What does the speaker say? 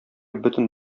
бөтен